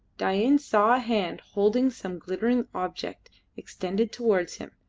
dain saw a hand holding some glittering object extended towards him,